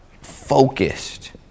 focused